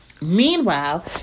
Meanwhile